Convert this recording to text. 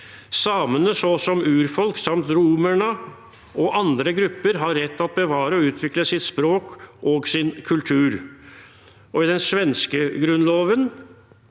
«Samerna såsom urfolk samt romerna och andra grupper har rätt att bevara och utveckla sitt språk och sin kultur.» Og i den svenske grunnlovens